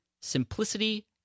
simplicity